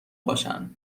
باشن